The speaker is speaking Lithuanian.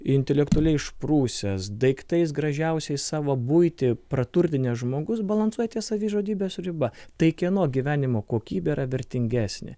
intelektualiai išprusęs daiktais gražiausiais savo buitį praturtinęs žmogus balansuoja ties savižudybės riba tai kieno gyvenimo kokybė yra vertingesnė